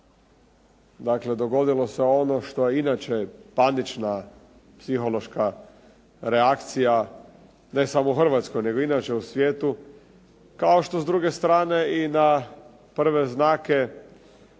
dakle dogodilo se ono što inače panična psihološka reakcija, ne samo u Hrvatskoj, nego inače u svijetu, kao što s druge strane i na prve znake